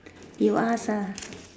you ask ah